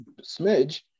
smidge